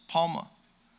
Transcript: Palma